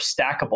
stackable